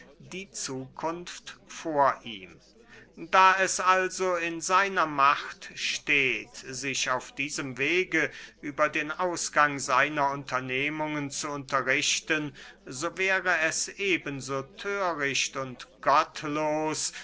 die zukunft vor ihm da es also in seiner macht steht sich auf diesem wege über den ausgang seiner unternehmungen zu unterrichten so wäre es eben so thöricht und gottlos